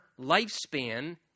lifespan